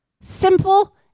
simple